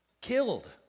Killed